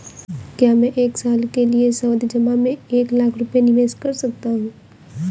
क्या मैं एक साल के लिए सावधि जमा में एक लाख रुपये निवेश कर सकता हूँ?